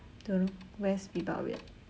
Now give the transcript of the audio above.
don't know west people are weird